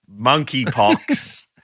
monkeypox